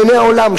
בעיני העולם,